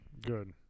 Good